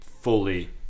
fully